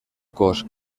cos